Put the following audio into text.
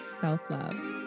self-love